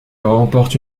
remporte